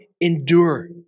endure